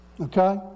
okay